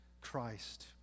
Christ